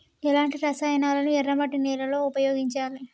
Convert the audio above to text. ఎలాంటి రసాయనాలను ఎర్ర మట్టి నేల లో ఉపయోగించాలి?